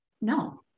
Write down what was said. no